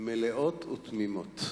מלאות ותמימות.